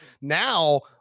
now